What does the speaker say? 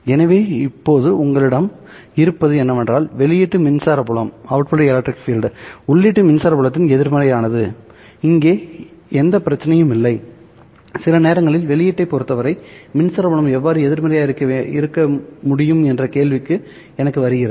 எனவே இப்போது உங்களிடம் இருப்பது என்னவென்றால் வெளியீட்டு மின்சார புலம் உள்ளீட்டு மின்சார புலத்தின் எதிர்மறையானது இங்கே எந்த பிரச்சனையும் இல்லை சில நேரங்களில் வெளியீட்டைப் பொறுத்தவரை மின்சார புலம் எவ்வாறு எதிர்மறையாக இருக்க முடியும் என்ற கேள்வி எனக்கு வருகிறது